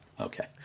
Okay